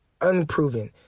unproven